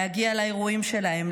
להגיע לאירועים שלהן,